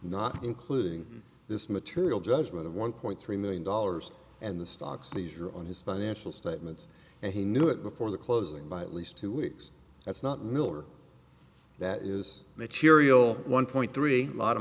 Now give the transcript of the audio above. not including this material judgment of one point three million dollars and the stock seizure on his financial statements and he knew it before the closing by at least two weeks that's not miller that is material one point three a lot